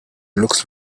looks